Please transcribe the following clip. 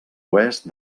oest